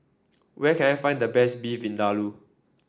where can I find the best Beef Vindaloo